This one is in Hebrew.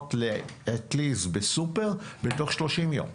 רישיונות לאטליז בסופר בתוך 30 יום,